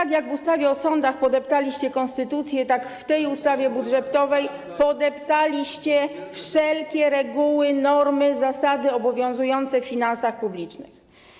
Tak jak w ustawie o sądach podeptaliście konstytucję, tak w tej ustawie budżetowej podeptaliście wszelkie reguły, normy, zasady obowiązujące w finansach publicznych.